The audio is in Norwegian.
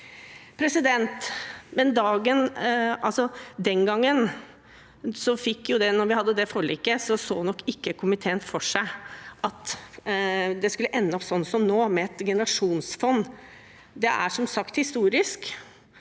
det forliket, så nok ikke komiteen for seg at det skulle ende opp sånn som dette, med et generasjonsfond. Det er som sagt historisk,